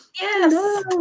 Yes